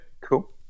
cool